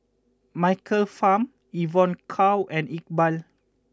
Michael Fam Evon Kow and Iqbal